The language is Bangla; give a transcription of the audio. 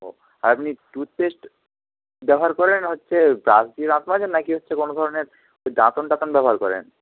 ও আর আপনি টুথপেস্ট ব্যবহার করেন হচ্ছে ব্রাশ দিয়ে দাঁত মাজেন না কি হচ্ছে কোনো ধরনের ওই দাঁতন টাঁতন ব্যবহার করেন